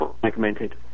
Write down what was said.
fragmented